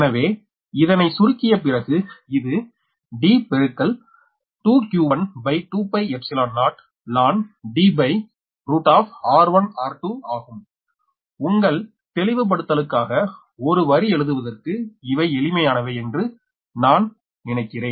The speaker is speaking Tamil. எனவே இதனை சுருக்கிய பிறகு இது D2q120ln Dr1r2ஆகும் உங்கள் தெளிவுபடுத்தலுக்காக ஒரு வரி எழுதுவதற்கு இவை எளிமையானவை என்று நான் நினைக்கிறேன்